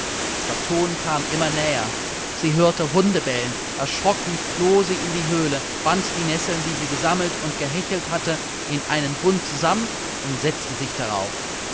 der ton kam immer näher sie hörte hunde bellen erschrocken floh sie in die höhle band die nesseln die sie gesammelt und gehechelt hatte in einen bund zusammen und setzte sich darauf